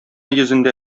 йөзендә